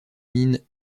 mines